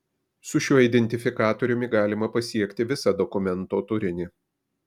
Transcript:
su šiuo identifikatoriumi galima pasiekti visą dokumento turinį